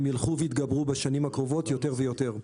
ילכו ויתגברו בשנים הקרובות יותר ויותר.